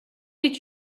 did